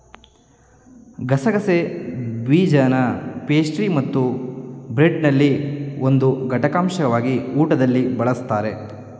ಗಸಗಸೆ ಬೀಜನಪೇಸ್ಟ್ರಿಮತ್ತುಬ್ರೆಡ್ನಲ್ಲಿ ಒಂದು ಘಟಕಾಂಶವಾಗಿ ಊಟದಲ್ಲಿ ಬಳಸ್ತಾರೆ